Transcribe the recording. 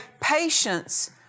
Patience